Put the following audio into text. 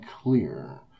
clear